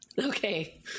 Okay